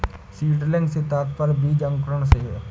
seedling से तात्पर्य बीज अंकुरण से है